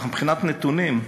ככה, מבחינת נתונים,